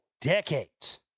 decades